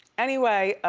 anyway